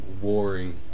warring